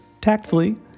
tactfully